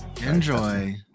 enjoy